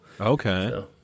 Okay